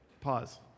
pause